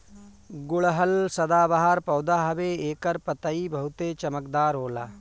गुड़हल सदाबाहर पौधा हवे एकर पतइ बहुते चमकदार होला